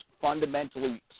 fundamentally